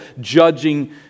judging